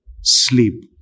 sleep